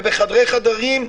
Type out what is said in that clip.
ובחדרי חדרים,